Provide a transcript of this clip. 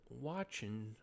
watching